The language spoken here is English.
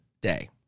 day